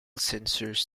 sensors